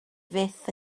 fyth